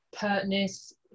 pertness